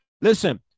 Listen